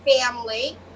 family